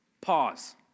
Pause